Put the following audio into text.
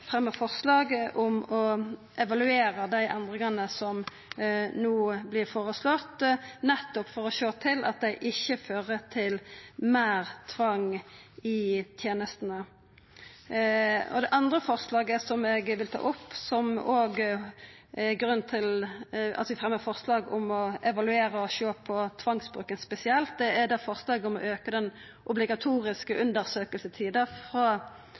evaluera dei endringane som no vert føreslått, nettopp for å sjå til at dei ikkje fører til meir tvang i tenestene. Det andre forslaget som eg vil nemna, er om å evaluera og sjå på tvangsbruken spesielt, forslaget om å auka den obligatoriske undersøkingstida før det vert fatta vedtak, frå tre til fem døgn. Vi synest det er bra at regjeringa har redusert det frå